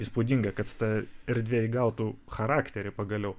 įspūdingą kad ta erdvė įgautų charakterį pagaliau